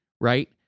right